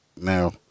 now